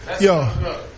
Yo